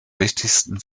wichtigsten